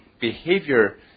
behavior